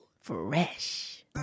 Fresh